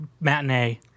matinee